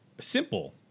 simple